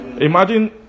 Imagine